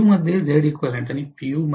u मध्ये Zeq आणि P